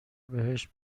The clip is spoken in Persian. بهشت